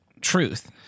truth